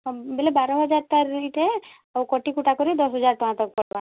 ହଁ ବେଲେ ବାର ହଜାର୍ ତା'ର ହେଇଟା ଆଉ କଟି କୁଟା କରି ଦଶ୍ ହଜାର୍ ଟଙ୍କା ତକ୍ ପଡ଼୍ବା